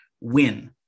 win